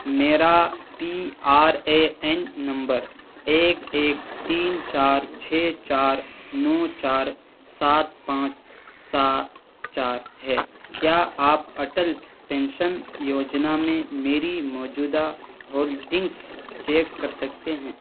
میرا P R A N number ایک ایک تین چار چھ چار نو چار سات پانچ سات چار ہے کیا آپ اٹل پینشن یوجنا میں میری موجودہ ہولڈنگس چیک کر سکتے ہیں